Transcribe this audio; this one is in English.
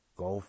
go